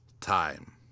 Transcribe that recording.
time